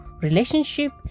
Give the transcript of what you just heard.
relationship